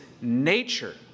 nature